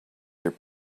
their